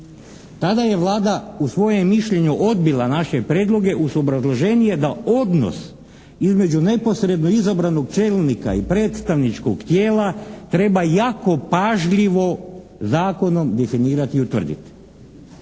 tada je Vlada u svojem mišljenju odbila naše prijedloge uz obrazloženje da odnos između neposredno izabranog čelnika i predstavničkog tijela treba jako pažljivo zakonom definirati i utvrditi.